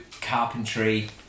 carpentry